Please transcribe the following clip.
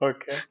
Okay